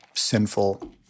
sinful